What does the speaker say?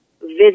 visit